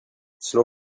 slå